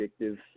addictive